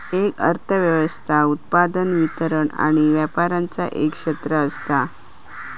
एक अर्थ व्यवस्था उत्पादन, वितरण आणि व्यापराचा एक क्षेत्र असता